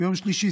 ביום שלישי,